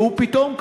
והוא פתאום,